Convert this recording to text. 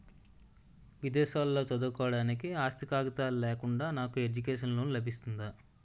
విదేశాలలో చదువుకోవడానికి ఆస్తి కాగితాలు లేకుండా నాకు ఎడ్యుకేషన్ లోన్ లబిస్తుందా?